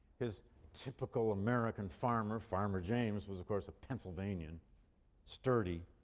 his typical american farmer, farmer james, was of course a pennsylvanian sturdy,